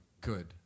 good